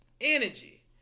Energy